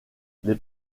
les